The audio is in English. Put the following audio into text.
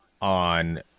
on